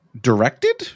directed